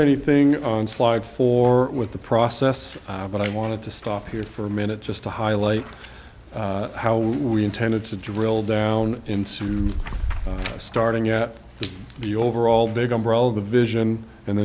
anything on slide four with the process but i wanted to stop here for a minute just to highlight how we intended to drill down into my starting at the overall big umbrella vision and